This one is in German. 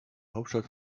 hauptstadt